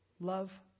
Love